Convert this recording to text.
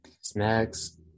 snacks